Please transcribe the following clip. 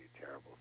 terrible